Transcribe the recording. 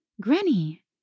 Granny